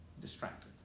distracted